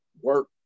work